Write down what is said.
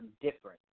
different